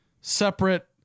separate